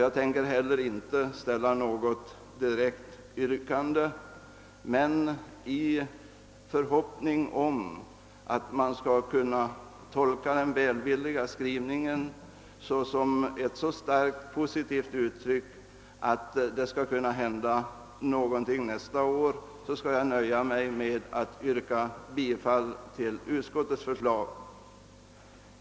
Jag tänker inte heller ställa något direkt yrkande, men i förhoppning om att man skall kunna tolka den välvilliga skrivningen så, att det skall kunna hända någonting nästa år skall jag nöja mig med att yrka bifall till utskottets förslag.